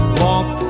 walk